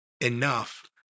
enough